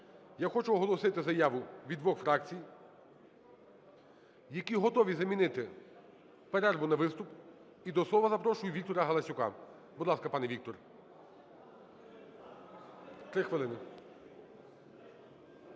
я хочу оголосити заяву від двох фракцій, які готові замінити перерву на виступ. І до слова запрошую Віктора Галасюка. Будь ласка, пане Вікторе, 3 хвилини.